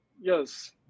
Yes